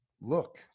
look